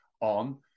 on